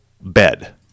bed